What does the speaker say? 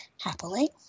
happily